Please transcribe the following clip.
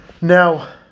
Now